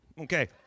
Okay